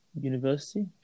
University